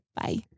Bye